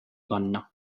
panna